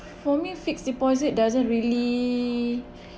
for me fixed deposit doesn't really